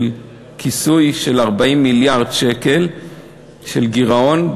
של כיסוי 40 מיליארד שקל של גירעון,